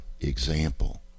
example